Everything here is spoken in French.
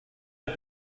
les